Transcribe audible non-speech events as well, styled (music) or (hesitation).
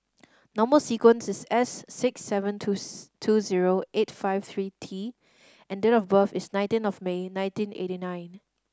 number sequence is S six seven two (hesitation) two zero eight five three T and date of birth is nineteen of May nineteen eighty nine